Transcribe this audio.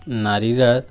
নারীরা